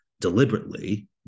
deliberately